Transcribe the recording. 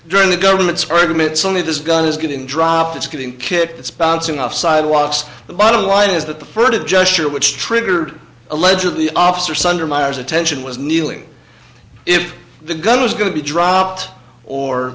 during the government's arguments only this gun is getting dropped it's getting kicked it's bouncing off sidewalks the bottom line is that the furtive gesture which triggered allegedly officer sunder myers attention was kneeling if the gun was going to be dropped or